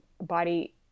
body